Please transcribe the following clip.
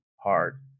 hard